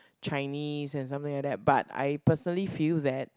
Chinese and something like that but I personally feel that